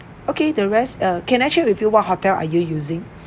okay the rest uh can I check with you what hotel are you using